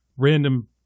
random